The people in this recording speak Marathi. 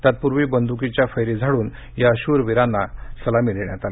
तत्पूर्वी बंदुकीच्या फैरी झाडून या शूरवीरांना सलामी देण्यात आली